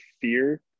fear